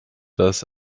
das